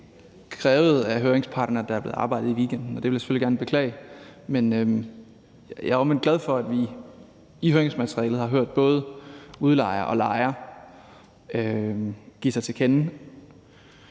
krævede af høringsparterne, at der blev arbejdet i weekenden. Det vil jeg selvfølgelig gerne beklage, men omvendt er jeg glad for, at vi i høringsmaterialet har set både udlejer og lejer give sig til kende,